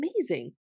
amazing